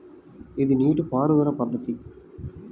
ఇది నీటిపారుదల పద్ధతి